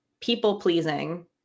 people-pleasing